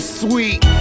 sweet